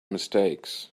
mistakes